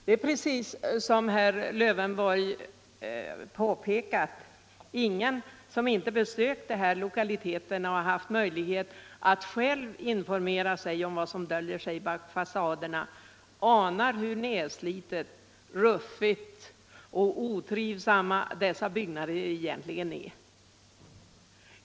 Det är, precis som herr Lövenborg påpekade, ingen som inte besökt de här lokaliteterna och haft möjlighet att själv informera sig om vad som döljer sig bak fasaderna som anar hur nedslitna, ruffiga och otrivsamma dessa byggnader egentligen är.